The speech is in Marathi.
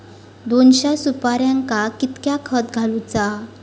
दोनशे सुपार्यांका कितक्या खत घालूचा?